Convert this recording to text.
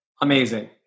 Amazing